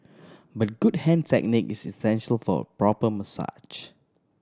but good hand technique is essential for a proper massage